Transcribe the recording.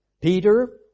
Peter